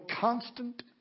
constant